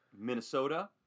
Minnesota